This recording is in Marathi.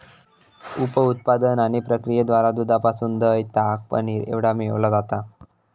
उप उत्पादन आणि प्रक्रियेद्वारा दुधापासून दह्य, ताक, पनीर एवढा मिळविला जाता